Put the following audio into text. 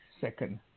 second